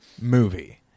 movie